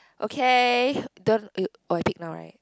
okay don't build oh I pick now right